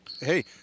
hey